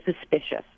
suspicious